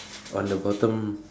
on the bottom